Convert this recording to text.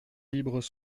libres